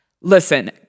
Listen